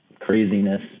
craziness